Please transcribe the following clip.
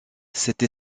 cette